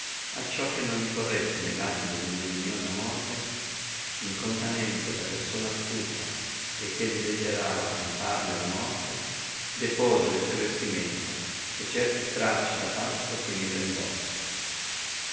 difesa acciò che non incorresse ne i lacci della ignominiosa morte incontanente da persona astuta e che desiderava camparle la morte depose le sue vestimenta e certi stracci da pazzo si mise indosso